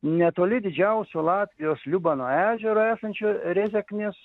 netoli didžiausio latvijos liubano ežero esančio rėzeknės